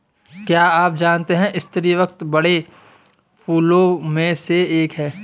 क्या आप जानते है स्रीवत बड़े फूलों में से एक है